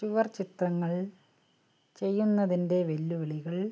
ചുവർ ചിത്രങ്ങൾ ചെയ്യുന്നതിൻ്റെ വെല്ലുവിളികൾ